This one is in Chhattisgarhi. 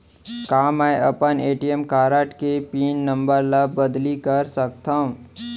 का मैं अपन ए.टी.एम कारड के पिन नम्बर ल बदली कर सकथव?